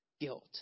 guilt